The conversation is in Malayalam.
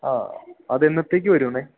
ആ അതെന്നത്തേക്ക് വരുമെന്നേ